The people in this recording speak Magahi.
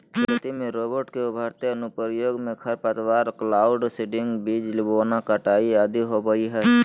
खेती में रोबोट के उभरते अनुप्रयोग मे खरपतवार, क्लाउड सीडिंग, बीज बोना, कटाई आदि होवई हई